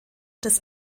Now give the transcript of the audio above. des